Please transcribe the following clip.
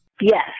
Yes